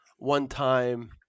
one-time